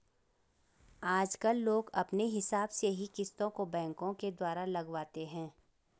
आजकल लोग अपने हिसाब से ही किस्तों को बैंकों के द्वारा लगवाते हैं